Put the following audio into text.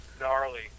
gnarly